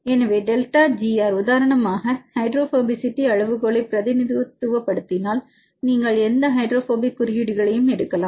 எனவே delta gr உதாரணமாக hydrophobicity அளவுகோலை பிரதிநிதித்துவப்படுத்தினால் நீங்கள் எந்த ஹைட்ரோபோபிக் குறியீடுகளையும் எடுக்கலாம்